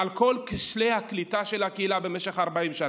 על כל כשלי הקליטה של הקהילה במשך 40 שנה,